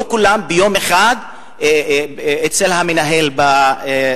לא כולם ביום אחד אצל המנהל במשרד.